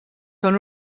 són